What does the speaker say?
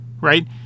right